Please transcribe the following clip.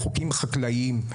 חוקים חקלאיים,